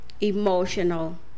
emotional